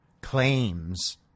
claims